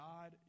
God